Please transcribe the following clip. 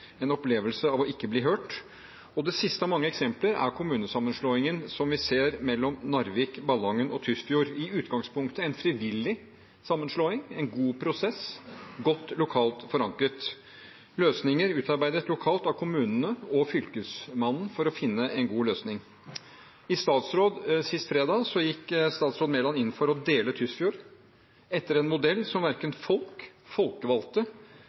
en opplevelse av å ikke bli hørt. Og det siste av mange eksempler ser vi i kommunesammenslåingen mellom Narvik, Ballangen og Tysfjord – i utgangspunktet en frivillig sammenslåing, med en god prosess, godt lokalt forankret og utarbeidet lokalt av kommunene og Fylkesmannen for å finne gode løsninger. I statsråd sist fredag gikk statsråd Mæland inn for å dele Tysfjord etter en modell som verken folk, folkevalgte